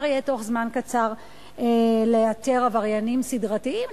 יהיה בתוך זמן קצר לאתר עבריינים סדרתיים.